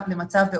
שוב,